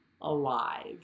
alive